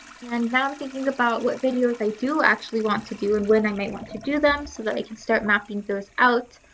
and now i'm thinking about what videos i do actually want to do and when i and might want to do them so that i can start mapping those out.